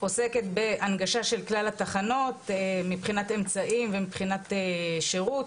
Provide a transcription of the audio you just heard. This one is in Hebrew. עוסקת בהנגשה של כלל התחנות מבחינת אמצעים ומבחינת שירות,